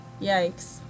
Yikes